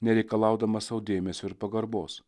nereikalaudamas sau dėmesio ir pagarbos